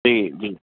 जी जी